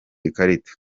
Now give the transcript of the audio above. ikarita